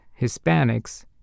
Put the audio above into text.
Hispanics